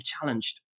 challenged